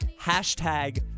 Hashtag